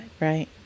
right